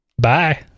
Bye